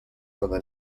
from